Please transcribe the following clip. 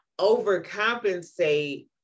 overcompensate